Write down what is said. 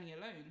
alone